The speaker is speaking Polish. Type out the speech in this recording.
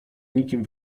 nikim